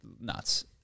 nuts